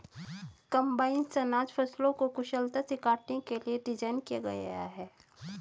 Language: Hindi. कम्बाइनस अनाज फसलों को कुशलता से काटने के लिए डिज़ाइन किया गया है